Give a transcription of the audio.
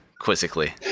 quizzically